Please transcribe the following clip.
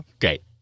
Great